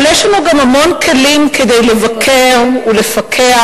אבל יש לנו גם המון כלים לבקר ולפקח: